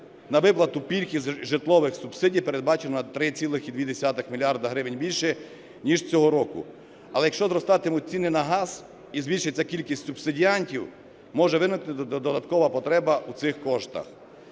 на виплату пільг і житлових субсидій передбачено на 3,2 мільярда гривень більше, ніж цього року. Але якщо зростатиме ціна на газ і збільшиться кількість субсидіантів, може виникнути додаткова потреба в цих коштах.